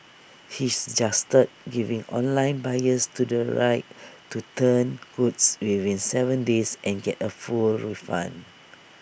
he suggested giving online buyers the right to return goods within Seven days and get A full refund